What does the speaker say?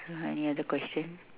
mm any other question